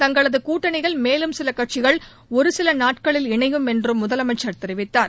தங்களது கூட்டணியில் மேலும் சில கட்சிகள் ஒருசில நாட்களில் இணையும் என்றும் முதலமைச்சர் தெரிவித்தார்